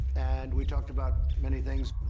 and we talked about many things.